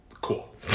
cool